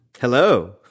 Hello